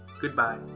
Goodbye